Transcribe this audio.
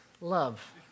love